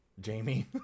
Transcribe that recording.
Jamie